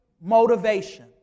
motivation